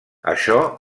això